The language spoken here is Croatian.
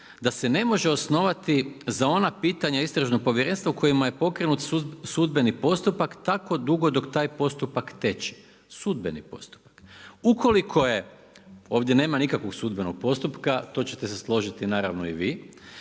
da se ne može osnovati za ona pitanja istražno povjerenstvo u kojima je pokrenut sudbeni postupak tako dugo dok taj postupak teče. Sudbeni postupak. Ukoliko je ovdje nema nikakvog sudbenog postupka, to ćete se složiti naravno i vi,